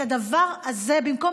את הדבר הזה, במקום